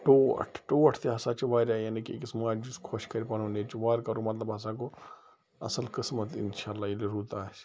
ٹوٹھ ٹوٹھ تہِ ہسا چھُ واریاہ یعنی کہِ أکِس ماجہِ یُس خۄش کَرِ پَنُن نیٛچیٛو وارٕ کارُک مطلب ہسا گوٚو اصٕل قٕسمَت اِنشاء اللہ ییٚلہِ رُت آسہِ